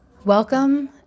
Welcome